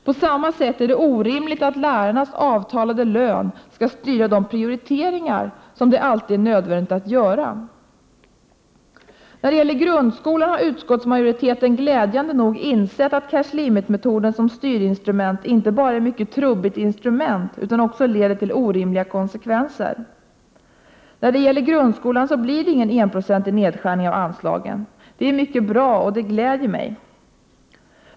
På samma sätt är det orimligt att lärarnas avtalade lön skall styra de prioriteringar som det alltid är nödvändigt att göra. När det gäller grundskolan har utskottsmajoriteten glädjande nog insett att cash limit-metoden som styrinstrument inte bara är ett mycket trubbigt instrument utan också leder till orimliga konsekvenser. När det gäller grundskolan blir det ingen enprocentig nedskärning av anslagen. Det är mycket bra, och det glädjer mig.